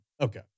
Okay